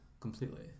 Completely